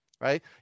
right